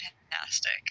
Fantastic